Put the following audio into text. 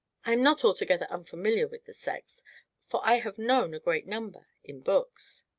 i am not altogether unfamiliar with the sex for i have known a great number in books.